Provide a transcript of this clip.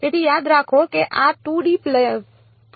તેથી યાદ રાખો કે આ 2D પલ્સીસ્ છે